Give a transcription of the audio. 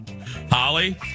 Holly